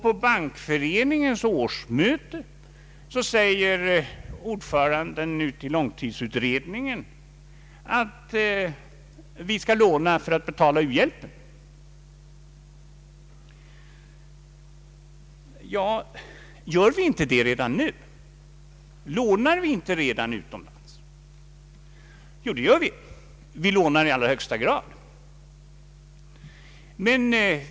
På Bankföreningens senaste årsmöte ifrågasatte ordföranden i långtidsutredningen att vi skall låna utomlands för att betala u-hjälpen. Ja, lånar vi inte redan nu? Jo, det gör vi i allra högsta grad.